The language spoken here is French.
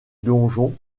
donjon